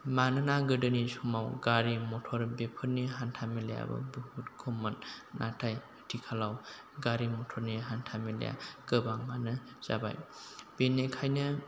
मानोना गोदोनि समाव गारि मटर बेफोरनि हान्था मेलायाबो बुहुथ खममोन नाथाय आथिखालाव गारि मटरनि हान्था मेलाया गोबाङानो जाबाय बेनिखायनो